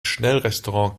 schnellrestaurant